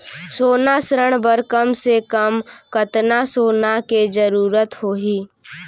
सोना ऋण बर कम से कम कतना सोना के जरूरत होही??